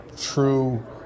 true